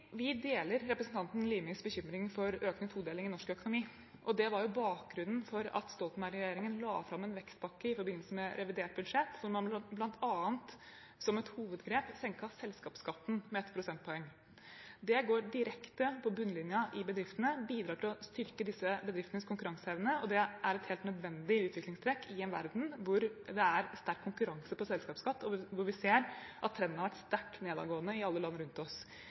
Vi deler representanten Limis bekymring for økende todeling i norsk økonomi, og det var jo bakgrunnen for at Stoltenberg-regjeringen la fram en vekstpakke i forbindelse med revidert budsjett, der man bl.a. som et hovedgrep senket selskapsskatten med ett prosentpoeng. Det går direkte på bunnlinjen i bedriftene og bidrar til å styrke disse bedriftenes konkurranseevne. Det er et helt nødvendig utviklingstrekk i en verden hvor det er sterk konkurranse på selskapsskatt, og hvor vi ser at trenden har vært sterkt nedadgående i alle land rundt oss.